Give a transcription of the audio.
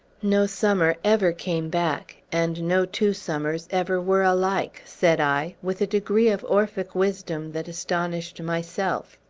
no summer ever came back, and no two summers ever were alike, said i, with a degree of orphic wisdom that astonished myself.